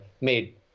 made